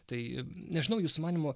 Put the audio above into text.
tai nežinau jūsų manymu